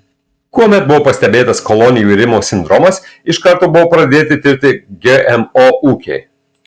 kuomet buvo pastebėtas kolonijų irimo sindromas iš karto buvo pradėti tirti gmo ūkiai